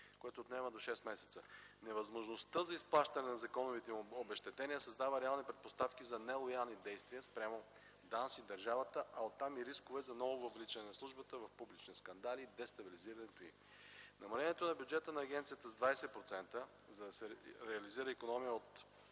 (което отнема до шест месеца). Невъзможността за изплащане на законовите им обезщетения създава реални предпоставки за нелоялни действия спрямо ДАНС и държавата, а оттам и рискове за ново въвличане на службата в публични скандали и дестабилизирането й. Намалението на бюджета на агенцията с 20%, за да се реализира икономия от